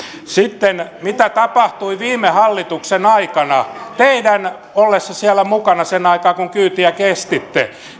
sitten se mitä tapahtui viime hallituksen aikana teidän ollessanne siellä mukana sen aikaa kun kyytiä kestitte